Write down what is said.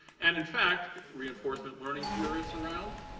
and in fact, reinforcement learning theorists around?